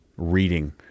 reading